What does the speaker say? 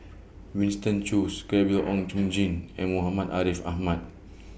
Winston Choos Gabriel Oon Chong Jin and Muhammad Ariff Ahmad